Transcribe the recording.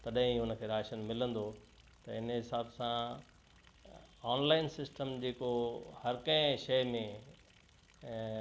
तॾहिं ई उनखे राशन मिलंदो त इन हिसाब सां ऑनलाइन सिस्टम जेको हर कंहिं शइ में ऐं